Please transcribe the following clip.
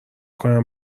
کنم